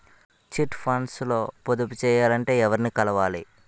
Chit funds లో పొదుపు చేయాలంటే ఎవరిని కలవాలి?